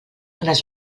unes